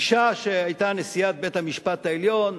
אשה שהיתה נשיאת בית-המשפט העליון,